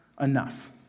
enough